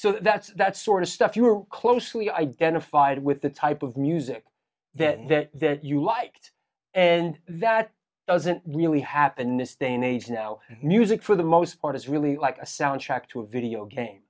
so that's that sort of stuff you are closely identified with the type of music that that you like and that doesn't really happen in this day and age now music for the most part is really like a soundtrack to a video game